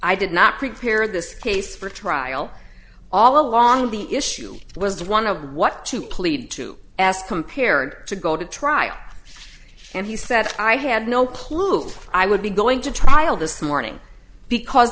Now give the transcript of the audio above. i did not prepare this case for trial all along the issue was one of what to plead to ask compared to go to trial and he said i had no clue i would be going to trial this morning because